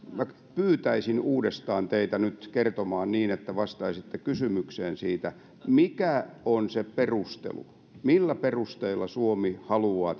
pyytäisin uudestaan teitä nyt kertomaan niin että vastaisitte kysymykseen mikä on se perustelu millä perusteilla suomi haluaa